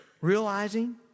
realizing